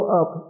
up